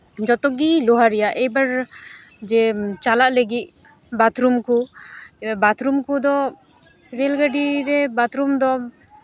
ᱡᱚᱛᱚᱜᱮ ᱞᱳᱦᱟ ᱨᱮᱭᱟᱜ ᱮᱭᱵᱟᱨ ᱡᱮ ᱪᱟᱞᱟᱜ ᱞᱟᱹᱜᱤᱫ ᱵᱟᱛᱷᱨᱩᱢ ᱠᱚ ᱵᱟᱛᱷᱨᱩᱢ ᱠᱚᱫᱚ ᱨᱮᱹᱞ ᱜᱟᱹᱰᱤᱨᱮ ᱵᱟᱛᱷᱨᱩᱢ ᱫᱚ